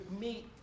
meet